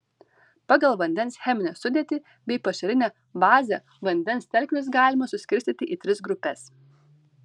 pagal vandens cheminę sudėtį bei pašarinę bazę vandens telkinius galima suskirstyti į tris grupes